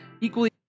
Equally